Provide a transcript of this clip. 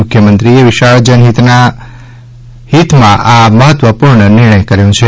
મુખ્યમંત્રીશ્રીએ વિશાળ જનહિતમાં આ મહત્વપૂર્ણ નિર્ણય કર્યો છે